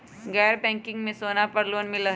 गैर बैंकिंग में सोना पर लोन मिलहई?